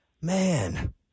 Man